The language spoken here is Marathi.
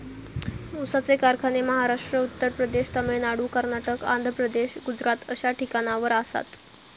ऊसाचे कारखाने महाराष्ट्र, उत्तर प्रदेश, तामिळनाडू, कर्नाटक, आंध्र प्रदेश, गुजरात अश्या ठिकाणावर आसात